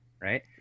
right